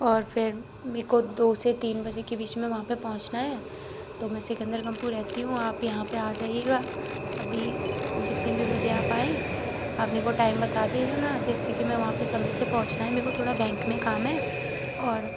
और फिर मेको दो से तीन बजे के बीच में वहाँ पे पहुँचना है तो मैं सिकंदर कम्पु रहती हूँ आप यहाँ पे आ जाइएगा अभी जितने भी बजे आप आएँ अपने को टाइम बता देगा न जैसे कि मैं वहाँ पे समय से पहुँचना है मेको थोड़ा बैंक में काम है और